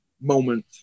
moment